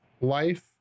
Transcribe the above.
life